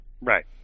Right